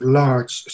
large